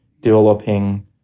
developing